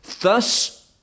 thus